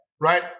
right